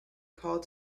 called